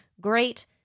great